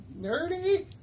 nerdy